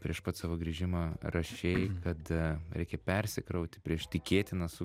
prieš pat savo grįžimą rašei kad reikia persikrauti prieš tikėtina su